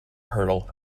hurdle